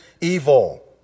evil